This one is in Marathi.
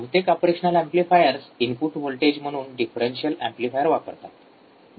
बहुतेक ऑपरेशनल एम्पलीफायर्स इनपुट व्होल्टेज म्हणून डिफरेंशियल एम्पलीफायर वापरतात